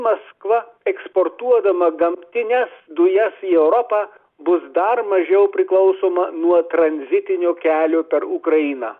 maskva eksportuodama gamtines dujas į europą bus dar mažiau priklausoma nuo tranzitinio kelio per ukrainą